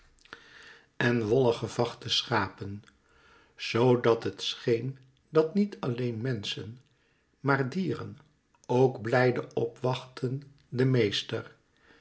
en wollig gevachte schapen zoo dat het scheen dat niet alleen menschen maar dieren ook blijde opwachtten den meester